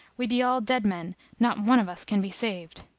we be all dead men not one of us can be saved.